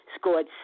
scored